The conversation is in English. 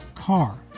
car